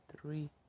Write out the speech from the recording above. three